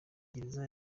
gereza